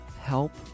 help